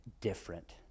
different